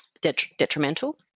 detrimental